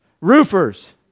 Roofers